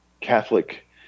Catholic